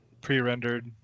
pre-rendered